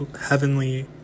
heavenly